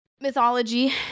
mythology